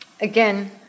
Again